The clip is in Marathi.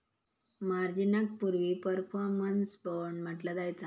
मार्जिनाक पूर्वी परफॉर्मन्स बाँड म्हटला जायचा